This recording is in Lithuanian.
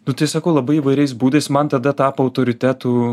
nu tai sakau labai įvairiais būdais man tada tapo autoritetu